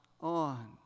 on